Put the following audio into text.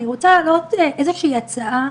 אני רוצה להעלות איזושהי הצעה,